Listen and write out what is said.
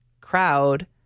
crowd